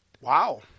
Wow